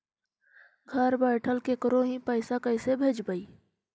घर बैठल केकरो ही पैसा कैसे भेजबइ?